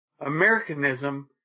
Americanism